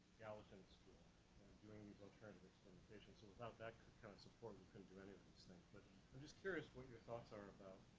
gallatin school and doing these alternative experimentations, so without that kind of support, we couldn't do any of those things, but i'm just curious what your thoughts are